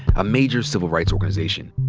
a major civil rights organization.